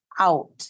out